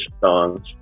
Songs